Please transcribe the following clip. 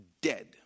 dead